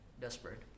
desperate